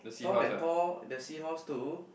Tom and Paul the seahorse too